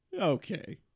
Okay